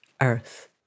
Earth